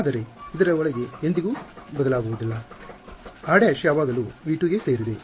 ಆದರೆ ಇದರ ಒಳಗೆ ಎಂದಿಗೂ ಬದಲಾಗುವುದಿಲ್ಲ r′ ಯಾವಾಗಲೂ V2 ಗೆ ಸೇರಿದೆ